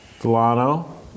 Delano